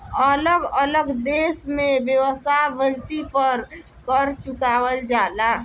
अलग अलग देश में वेश्यावृत्ति पर कर चुकावल जाला